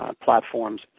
platforms